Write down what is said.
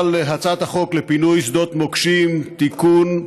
הצעת החוק לפינוי שדות מוקשים (תיקון,